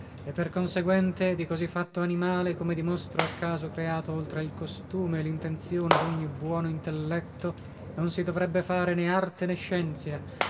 e per conseguente di così fatto animale come di mostro a caso creato oltra il costume e lintenzione dogni buono intelletto non si dovrebbe fare né arte né scienzia